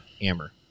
Hammer